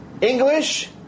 English